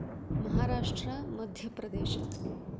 महाराष्ट्रः मध्यप्रदेशः